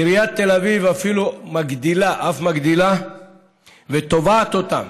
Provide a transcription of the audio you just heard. עיריית תל אביב אף מוסיפה ותובעת אותם